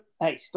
hey